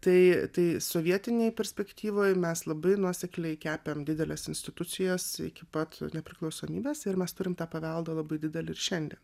tai tai sovietinėj perspektyvoj mes labai nuosekliai kepėm dideles institucijas iki pat nepriklausomybės ir mes turim tą paveldą labai didelį ir šiandien